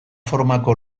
formako